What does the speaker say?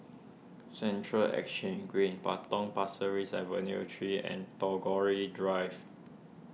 Central Exchange Green Potong Pasirace Avenue three and Tagore Drive